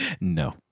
no